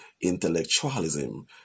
intellectualism